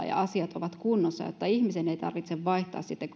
ja asiat ovat kunnossa jotta ihmisen ei tarvitse vaihtaa sitten